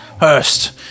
hurst